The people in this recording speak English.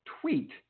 tweet